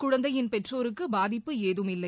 குழந்தையின் பெற்றோருக்குபாதிப்பு ஏதுமில்லை